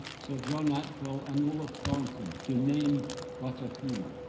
sir john attwell, and olaf thornton, to name but a few.